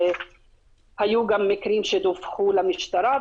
והיו גם מקרים שדווחו למשטרה,